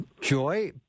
Joy